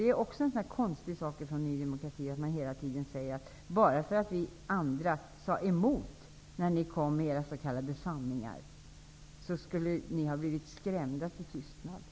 Det är också en konstig sak med Ny demokrati att ni hela tiden säger att det förhållandet att vi säger emot era s.k. sanningar skulle vara detsamma som att vi försöker skrämma er till tystnad.